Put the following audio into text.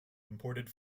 imported